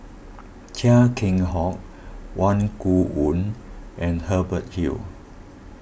Chia Keng Hock Wang Gungwu and Hubert Hill